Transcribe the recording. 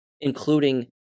including